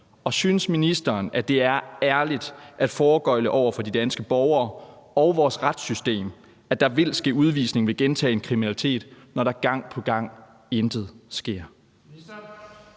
og synes ministeren, at det er ærligt at foregøgle over for de danske borgere og vores retssystem, at der vil ske udvisning ved gentagen kriminalitet, når der gang på gang intet sker?